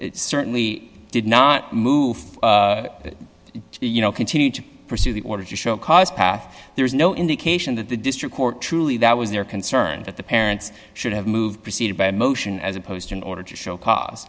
certainly did not move to be you know continue to pursue the order to show cause path there is no indication that the district court truly that was their concern that the parents should have moved proceeded by a motion as opposed to in order to show